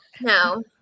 no